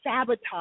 sabotage